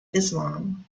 islam